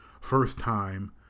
first-time